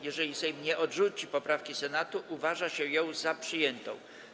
Jeżeli Sejm nie odrzuci poprawki Senatu, uważa się ją za przyjętą.